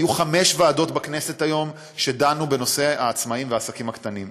היו חמש ועדות בכנסת שדנו היום בנושא העצמאים והעסקים הקטנים.